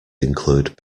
include